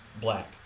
black